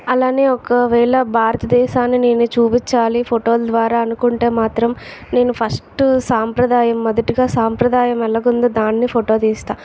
అలానే ఒక వేళ భారతదేశాన్ని నేను చూపించాలి ఫోటోలు ద్వారా అనుకుంటే మాత్రం నేను ఫస్ట్ సాంప్రదాయం మొదటిగా సాంప్రదాయం ఎలాగ ఉందో దాన్నే ఫోటో తీస్తా